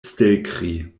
stelkri